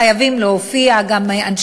חייבים להופיע גם אנשי,